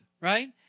right